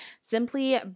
simply